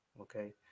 okay